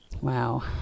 wow